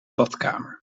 badkamer